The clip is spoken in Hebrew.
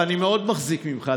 ואני מאוד מחזיק ממך,